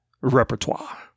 repertoire